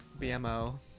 BMO